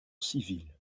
civil